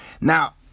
Now